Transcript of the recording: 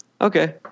Okay